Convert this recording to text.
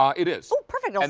um it is. so perfect. um